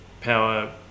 power